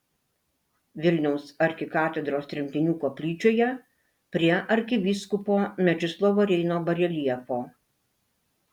vilniaus arkikatedros tremtinių koplyčioje prie arkivyskupo mečislovo reinio bareljefo